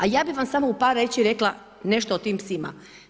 A ja bi vam samo u par riječi rekla nešto o tim psima.